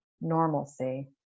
normalcy